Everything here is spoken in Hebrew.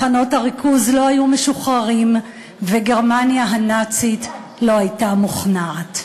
מחנות הריכוז לא היו משוחררים וגרמניה הנאצית לא הייתה מוכנעת.